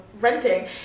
renting